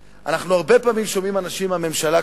הרבה פעמים אנחנו שומעים אנשים מהממשלה